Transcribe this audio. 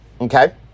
okay